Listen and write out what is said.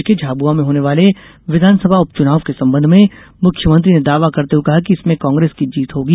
राज्य के झाबुआ में होने वाले विधानसभा उपचुनाव के संबंध में मुख्यमंत्री ने दावा करते हुए कहा कि इसमें कांग्रेस की जीत होगी